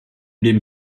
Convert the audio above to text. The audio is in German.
dem